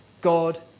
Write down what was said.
God